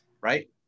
Right